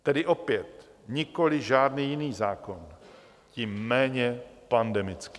Tedy opět nikoli žádný jiný zákon, tím méně pandemický.